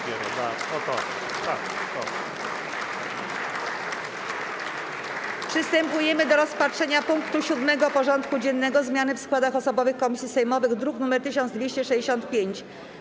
Przystępujemy do rozpatrzenia punktu 7. porządku dziennego: Zmiany w składach osobowych komisji sejmowych (druk nr 1265)